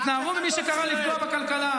וקידמנו את מה שבשבילו קיבלנו מנדט.